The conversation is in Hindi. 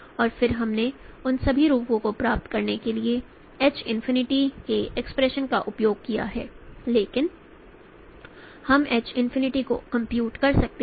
और फिर हमने उन सभी रूपों को प्राप्त करने के लिए H इनफिनिटी के एक्सप्रेशन का उपयोग किया है लेकिन हम H इनफिनिटी को कंप्यूट कर सकते हैं